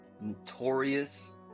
notorious